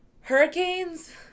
Hurricanes